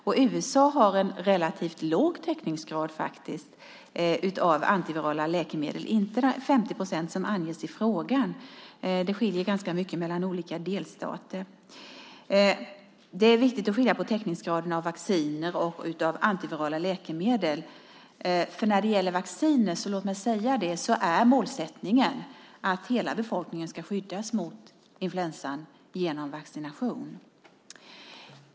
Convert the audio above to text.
Och USA har faktiskt en relativt låg täckningsgrad av antivirala läkemedel, inte 50 procent som anges i frågan. Det skiljer ganska mycket mellan olika delstater. Det är viktigt att skilja på täckningsgraden av vacciner och av antivirala läkemedel. När det gäller vacciner vill jag säga att målsättningen är att hela befolkningen ska skyddas mot influensan genom vaccination.